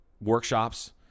workshops